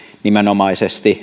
nimenomaisesti